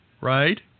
right